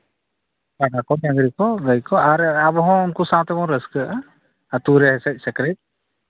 ᱜᱟᱹᱭ ᱠᱚ ᱰᱟᱝᱨᱟ ᱠᱚ ᱟᱨ ᱟᱵᱚᱦᱚᱸ ᱩᱱᱠᱩ ᱥᱟᱶ ᱛᱮᱵᱚᱱ ᱨᱟᱹᱥᱠᱟᱹᱜᱼᱟ ᱟᱹᱛᱩᱨᱮ ᱦᱮᱸᱥᱮᱡ ᱥᱮᱠᱨᱮᱡ